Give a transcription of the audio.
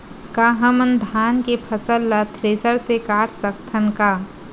का हमन धान के फसल ला थ्रेसर से काट सकथन का?